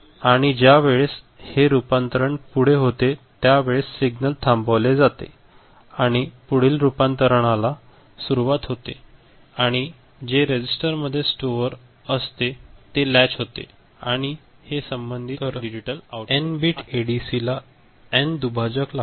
आणि ज्या वेळेस हे रूपांतरण पूर्ण होते त्या वेळेस हे सिग्नल थांबवले जाते आणि पुढील रूपांतरानाला सुरुवात होते आणि जे रजिस्टर मध्ये स्टोर असते ते लॅच होते आणि हे संबंधित डिजिटल आउटपुट आहे तर एन बिट एडीसी ला एन दुभाजक लागतात